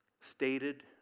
stated